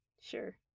Sure